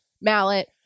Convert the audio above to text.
mallet